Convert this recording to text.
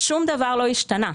שום דבר לא השתנה,